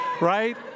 Right